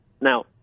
Now